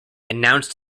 announced